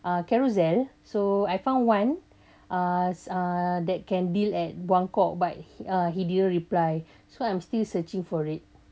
uh carousell so I found one uh uh that can deal at buangkok but uh he didn't reply so I'm still searching for it